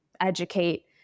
educate